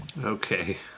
okay